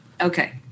Okay